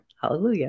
Hallelujah